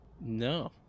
No